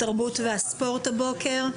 התרבות והספורט הבוקר.